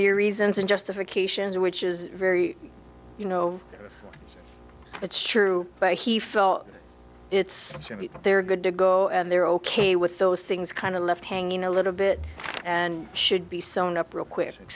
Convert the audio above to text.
your reasons and justifications which is very you know it's true but he fell it's they're good to go and they're ok with those things kind of left hanging a little bit and should be sewn up real quick